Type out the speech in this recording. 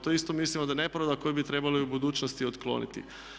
To isto mislimo da je nepravda koju bi trebali u budućnosti otkloniti.